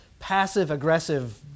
passive-aggressive